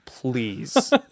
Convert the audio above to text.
please